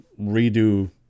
redo